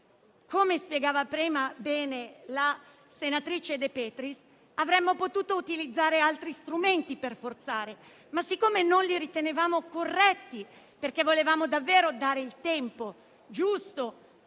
come spiegava prima bene la senatrice De Petris, avremmo potuto utilizzare altri strumenti per forzare, ma poiché non li ritenevamo corretti, volendo davvero dare il tempo giusto